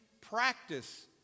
practice